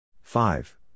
Five